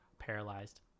paralyzed